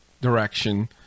direction